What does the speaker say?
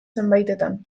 zenbaitetan